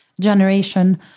generation